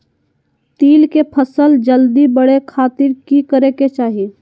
तिल के फसल जल्दी बड़े खातिर की करे के चाही?